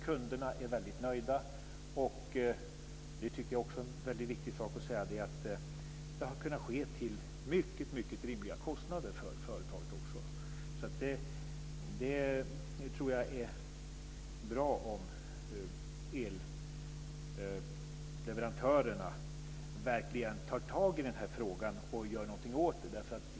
Kunderna är nöjda. Det har kunnat ske till mycket rimliga kostnader för företaget, vilket jag tycker är en viktig sak att säga. Jag tror att det är bra om elleverantörerna verkligen tar tag i frågan och gör någonting åt den.